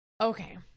Okay